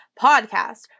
podcast